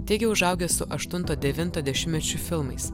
teigia užaugę su aštunto devinto dešimtmečių filmais